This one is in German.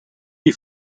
die